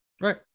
Right